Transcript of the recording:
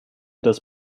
das